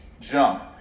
jump